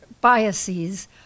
biases